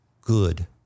good